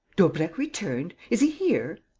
daubrecq returned? is he here?